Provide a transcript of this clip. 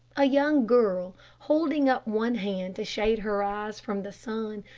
a young girl, holding up one hand to shade her eyes from the sun,